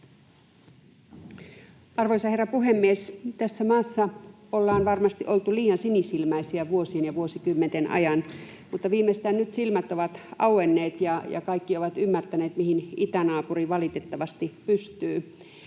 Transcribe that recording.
Arvoisa herra puhemies! Tässä maassa ollaan varmasti oltu liian sinisilmäisiä vuosien ja vuosikymmenten ajan, mutta viimeistään nyt silmät ovat auenneet ja kaikki ovat ymmärtäneet, mihin itänaapuri valitettavasti pystyy.